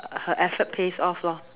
her effort pays off loh mm